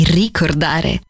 ricordare